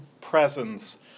presence